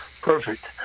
Perfect